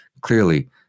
Clearly